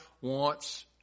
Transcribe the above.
wants